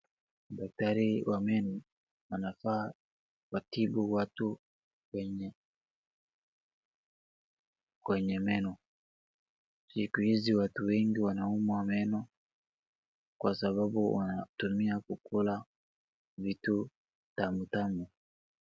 Daktari wa meno anafaa kuwatibu watu kwenye meno, siku hizi watu wengi wanaumwa meno kwa sababu wanatumia kukula vitu tamu tamu.